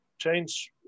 Change